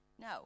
No